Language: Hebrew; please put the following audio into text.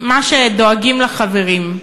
מה שדואגים לחברים.